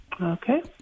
Okay